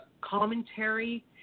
commentary